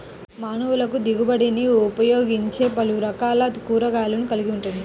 మానవులకుదిగుబడినిఉపయోగించేపలురకాల కూరగాయలను కలిగి ఉంటుంది